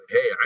Hey